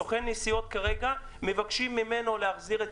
סוכן נסיעות כרגע מבקשים מממנו להחזיר את